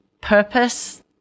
purpose